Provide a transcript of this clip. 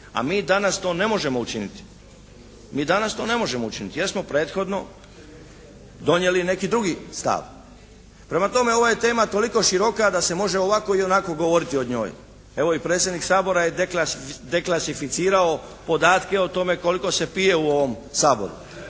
A mi danas to ne možemo učiniti. Mi danas to ne možemo učiniti jer smo prethodno donijeli neki drugi stav. Prema tome ova je tema toliko široka da se može ovako i onako govoriti o njoj. Evo i predsjednik Sabora je deklasificirao podatke o tome koliko se pije u ovom Saboru?